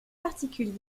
particulier